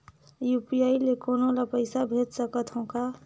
UPI ले कोनो ला पइसा भेज सकत हों का?